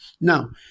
Now